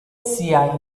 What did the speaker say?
sia